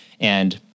And-